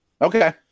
Okay